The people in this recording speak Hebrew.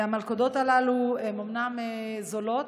המלכודות הללו הן אומנם זולות,